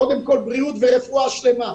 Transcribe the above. קודם כל בריאות ורפואה שלמה,